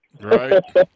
right